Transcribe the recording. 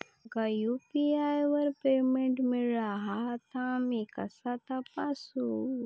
माका यू.पी.आय वर पेमेंट मिळाला हा ता मी कसा तपासू?